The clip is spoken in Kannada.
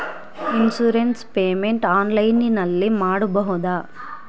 ಇನ್ಸೂರೆನ್ಸ್ ಪೇಮೆಂಟ್ ಆನ್ಲೈನಿನಲ್ಲಿ ಮಾಡಬಹುದಾ?